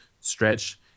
stretch